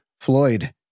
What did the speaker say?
Floyd